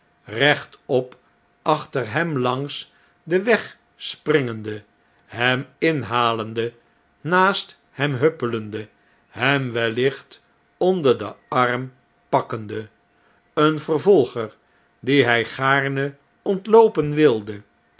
rechtop achter hem langs denwegspringende hem inhalende naast hem huppelende hem wellicht onder den arm pakkende een vervolger die hg gaarne ontloopen wilde